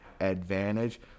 advantage